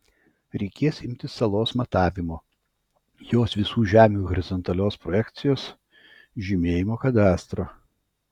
reikės imtis salos matavimo jos visų žemių horizontalios projekcijos žymėjimo kadastro